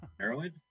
Heroin